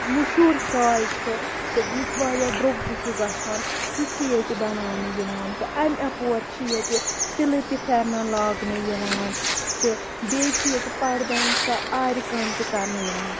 مشہوٗر شال چھُ تہٕ یُس واریاہ درٛوگ تہِ چھُ گژھان سُہ چھُ ییٚتہِ بَناونہٕ یِوان تہٕ امہ اَپور چھ ییٚتہِ تِلہِ تہِ پھیٚرنن لاگنہٕ یِوان تہٕ بیٚیہِ چھِ ییٚتہِ پَردَن سۄ آرِ کٲم تہِ کَرنہٕ یِوان